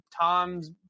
Tom's